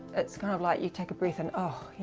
it's kind of like you take a breath and oh,